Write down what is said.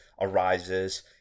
arises